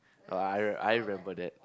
oh I re~ I remember that